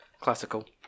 Classical